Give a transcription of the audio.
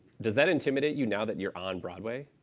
does that intimidate you now that you're on broadway?